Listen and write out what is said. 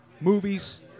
Movies